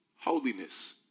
holiness